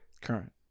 Current